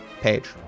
page